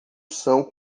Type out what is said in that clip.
são